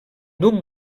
duc